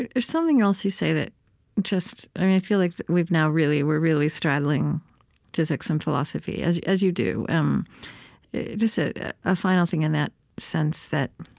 and there's something else you say that just i feel like we've now really we're really straddling physics and philosophy, as you as you do. um just a ah final thing, in that sense, that